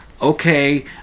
okay